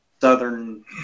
Southern